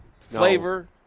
Flavor